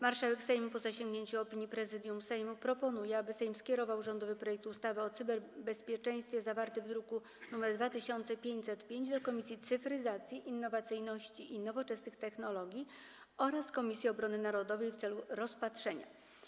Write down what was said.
Marszałek Sejmu, po zasięgnięciu opinii Prezydium Sejmu, proponuje, aby Sejm skierował rządowy projekt ustawy o cyberbezpieczeństwie, zawarty w druku nr 2505, do Komisji Cyfryzacji, Innowacyjności i Nowoczesnych Technologii oraz Komisji Obrony Narodowej w celu rozpatrzenia.